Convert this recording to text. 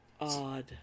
odd